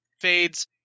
fades